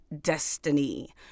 destiny